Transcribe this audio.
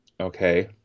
okay